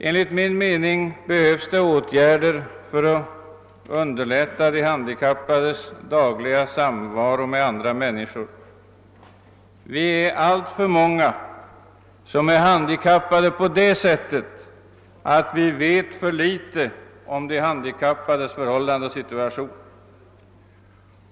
Enligt min mening behövs åtgärder för att underlätta de handikappades dagliga samvaro med andra människor, Vi är alltför många som är handikappade på det sättet att vi vet för litet om de handikappades situation.